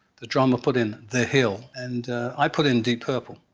the drummer put in the hill. and i put in deep purple.